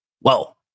Whoa